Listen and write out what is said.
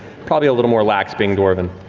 probably a little more lax being dwarven.